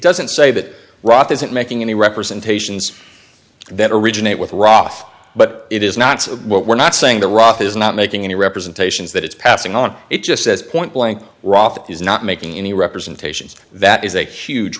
doesn't say that rock isn't making any representations that originate with ross but it is not what we're not saying the rock is not making any representations that it's passing on it just says point blank roth is not making any representations that is a huge